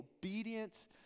obedience